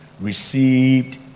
received